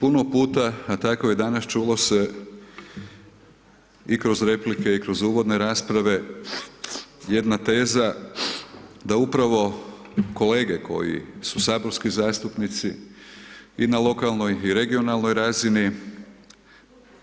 Puno puta, a tako i danas, čulo se i kroz replike, i kroz uvodne rasprave, jedna teza da upravo kolege koji su saborski zastupnici i na lokalnoj, i regionalnoj razini,